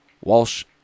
Walsh